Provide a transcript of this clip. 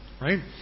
right